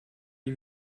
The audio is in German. die